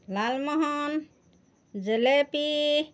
Lalmohan jalebi